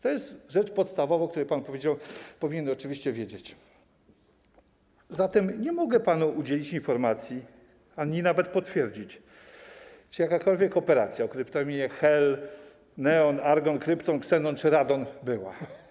To jest rzecz podstawowa, o której pan powiedział i powinien pan oczywiście o tym wiedzieć, zatem nie mogę panu udzielić informacji ani nawet potwierdzić, czy jakakolwiek operacja o kryptonimie „Hel”, „Neon”, „Argon”, „Krypton”, „Ksenon” i „Radon” była.